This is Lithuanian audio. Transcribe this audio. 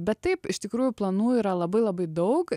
bet taip iš tikrųjų planų yra labai labai daug